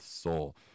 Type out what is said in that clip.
soul